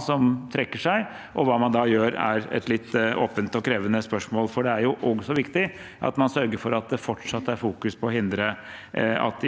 som trekker seg. Hva man da gjør, er et litt åpent og krevende spørsmål, for det er også viktig at man sørger for at det fortsatt er fokus på å hindre at